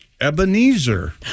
Ebenezer